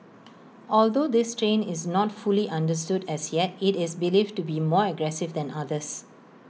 although this strain is not fully understood as yet IT is believed to be more aggressive than others